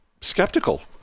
skeptical